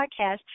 podcast